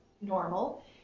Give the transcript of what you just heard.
normal